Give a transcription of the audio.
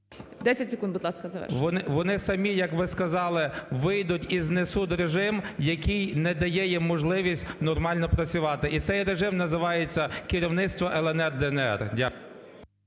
10 секунд, будь ласка, завершуйте. ПІДЛІСЕЦЬКИЙ Л.Т. Вони самі як ви сказали: вийдуть і знесуть режим, який не дає їм можливість нормально працювати і цей режим називається "керівництво "ЛНР", "ДНР". Дякую.